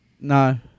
No